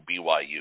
BYU